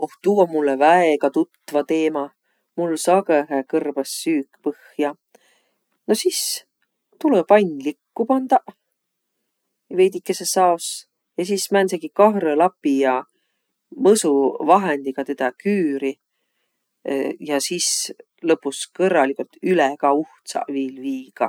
Oh tuu om mullõ väega tutva teemä. Mul sagõhõhe kõrbõs süük põhja. Nu sis tulõ pann likku pandaq veidikeses aos. Ja sis määntsegi kahrõ lapi ja mõsuvahendiga tedä küüriq ja sis lõpus kõrraligult üle ka viil uhtsaq viigaq.